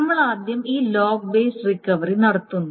നമ്മൾ ആദ്യം ഈ ലോഗ് ബേസ്ഡ് റിക്കവറി നടത്തുന്നു